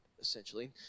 essentially